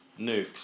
nukes